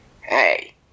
Hey